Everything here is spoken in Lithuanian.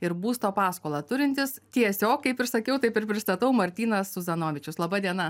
ir būsto paskolą turintis tiesiog kaip ir sakiau taip ir pristatau martynas suzanovičius laba diena